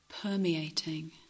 permeating